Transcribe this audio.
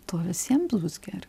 tuo visiems bus geriau